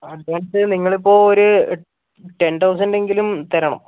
advance നിങ്ങളിപ്പോൾ ഒരു ten thousand എങ്കിലും തരണം